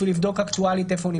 בשביל לבדוק אקטואלית איפה הוא נמצא.